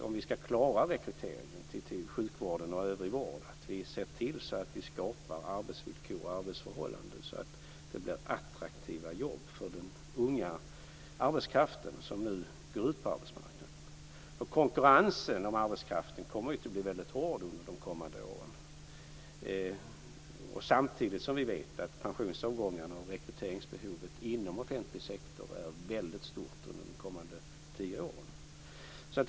Om vi ska klara rekryteringen till sjukvården och övrig vård tror jag att det är väldigt avgörande att vi skapar arbetsvillkor och arbetsförhållanden som gör att det blir attraktiva jobb för den unga arbetskraft som nu går ut på arbetsmarknaden. Konkurrensen om arbetskraften kommer att bli väldigt hård under de kommande åren. Samtidigt vet vi att pensionsavgångarna och rekryteringsbehovet inom den offentliga sektorn är väldigt stora under de kommande tio åren.